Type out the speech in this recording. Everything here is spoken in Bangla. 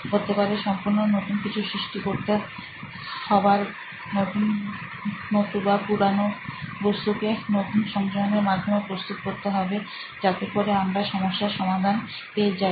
হতে পারে সম্পূর্ণ নতুন কিছু সৃষ্টি করতে হবার নতুবা পুরানো বস্তুকে নতুন সংযোজনের মাধ্যমে প্রস্তুত করতে হবে যাতে করে আমরা সমস্যার সমাধান পেয়ে যাই